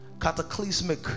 cataclysmic